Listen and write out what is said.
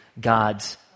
God's